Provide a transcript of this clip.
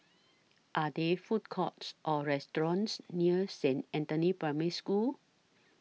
Are There Food Courts Or restaurants near Saint Anthony's Primary School